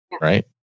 Right